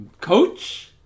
coach